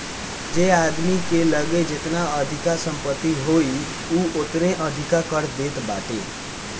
जे आदमी के लगे जेतना अधिका संपत्ति होई उ ओतने अधिका कर देत बाटे